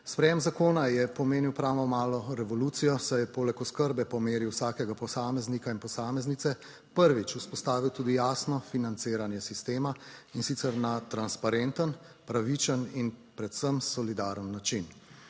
Sprejem zakona je pomenil pravo malo revolucijo, saj je poleg oskrbe po meri vsakega posameznika in posameznice prvič vzpostavil tudi jasno financiranje sistema in sicer na transparenten, pravičen in predvsem solidaren način.